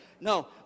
No